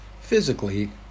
physically